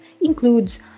includes